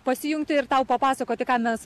pasijungti ir tau papasakoti ką mes